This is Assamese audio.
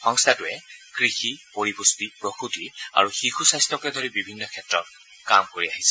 সংস্থাটোৱে কৃষি পৰিপুষ্টি প্ৰসূতি আৰু শিশু স্বাস্থকে ধৰি বিভিন্ন ক্ষেত্ৰত কাম কৰি আহিছে